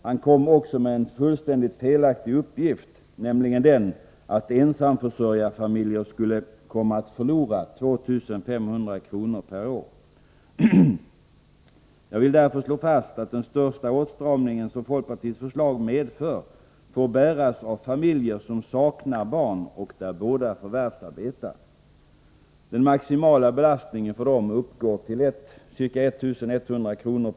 Han kom också med en fullständigt felaktig uppgift, nämligen att ensamförsörjarfamiljer skulle komma att förlora 2 500 kr. per år. Jag vill därför slå fast att den största åtstramning som folkpartiets förslag medför får bäras av familjer som saknar barn och där båda förvärvsarbetar. Den maximala belastningen för dem uppgår till ca 1 100 kr.